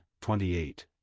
28